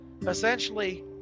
Essentially